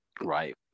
right